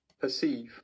perceive